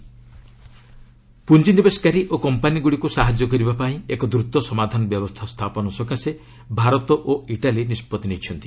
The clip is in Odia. ଇଣ୍ଡିଆ ଇଟାଲୀ ପୁଞ୍ଜିନିବେଶକାରୀ ଓ କମ୍ପାନୀଗୁଡ଼ିକୁ ସାହାଯ୍ୟ କରିବାପାଇଁ ଏକ ଦ୍ରତ ସମାଧାନ ବ୍ୟବସ୍ଥା ସ୍ଥାପନ ସକାଶେ ଭାରତ ଓ ଇଟାଲୀ ନିଷ୍କଭି ନେଇଛନ୍ତି